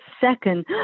second